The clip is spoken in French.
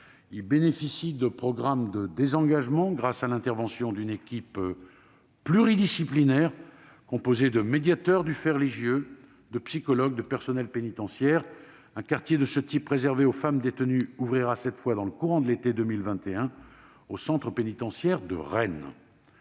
y bénéficient de programmes de désengagement, grâce à l'intervention d'une équipe pluridisciplinaire, composée de médiateurs du fait religieux, de psychologues et de personnels pénitentiaires. Un quartier de ce type, réservé aux femmes détenues, ouvrira dans le courant de l'été 2021 au centre pénitentiaire de Rennes.